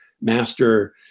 master